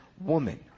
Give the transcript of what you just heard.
woman